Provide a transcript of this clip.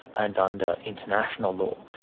and under international law.